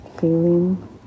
feeling